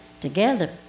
together